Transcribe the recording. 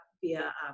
via